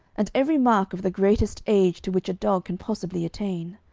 and every mark of the greatest age to which a dog can possibly attain.